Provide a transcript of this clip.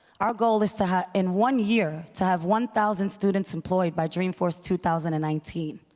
our goal is to, in one year, to have one thousand students employed by dreamforce two thousand and nineteen,